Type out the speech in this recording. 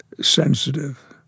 sensitive